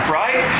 right